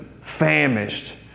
famished